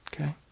okay